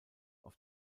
auf